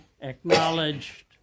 acknowledged